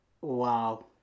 Wow